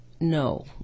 No